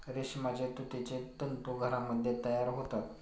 रेशमाचे तुतीचे तंतू घरामध्ये तयार होतात